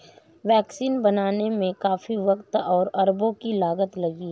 vaccine बनाने में काफी वक़्त और अरबों की लागत लगती है